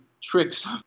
tricks